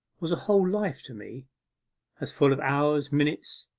was a whole life to me as full of hours, minutes,